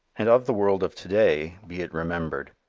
and of the world of to-day, be it remembered,